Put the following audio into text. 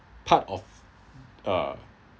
part of a